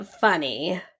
funny